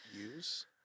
use